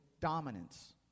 dominance